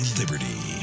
liberty